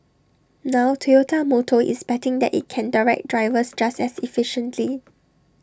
now Toyota motor is betting that IT can direct drivers just as efficiently